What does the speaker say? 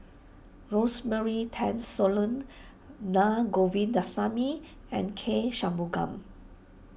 Rosemary Tessensohn Na Govindasamy and K Shanmugam